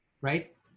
right